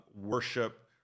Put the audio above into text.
worship